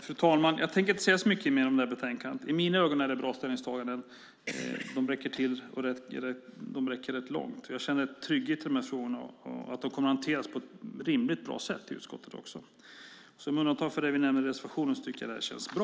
Fru talman! Jag tänker inte säga så mycket mer om det här betänkandet. I mina ögon är det bra ställningstaganden. De räcker till, och de räcker rätt långt. Jag känner trygghet i att de här frågorna kommer att hanteras på ett rimligt bra sätt i utskottet. Med undantag för det vi nämner i vår reservation tycker jag att det här känns bra.